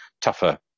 tougher